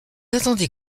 attendez